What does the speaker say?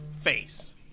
face